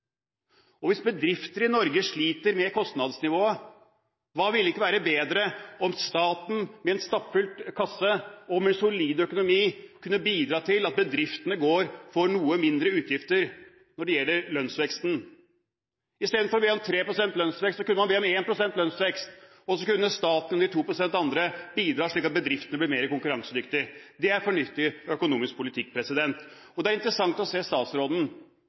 Hvis bedrifter i Norge sliter med kostnadsnivået, hva ville ikke være bedre enn at staten med en stappfull kasse og med solid økonomi kunne bidra til at bedriftene får noe mindre utgifter når det gjelder lønnsveksten? Istedenfor å be om 3 pst. lønnsvekst kunne man be om 1 pst. lønnsvekst, og så kunne staten og de 2 pst. bidra slik at bedriftene ble mer konkurransedyktige. Det er fornuftig økonomisk politikk. Det er interessant å høre statsråden,